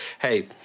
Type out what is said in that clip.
hey